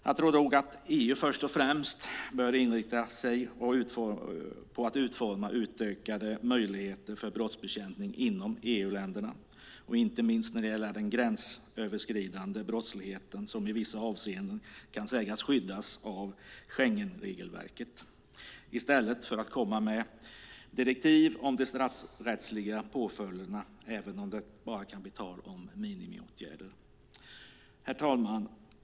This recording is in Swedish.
Jag tror nog att EU först och främst bör inrikta sig på att utforma utökade möjligheter för brottsbekämpning inom EU-länderna, inte minst när det gäller den gränsöverskridande brottsligheten, som i vissa avseenden kan sägas skyddas av Schengenregelverket i stället för att komma med direktiv om de straffrättsliga påföljderna, även om det bara kan bli tal om minimiåtgärder. Herr talman!